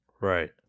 Right